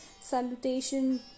salutation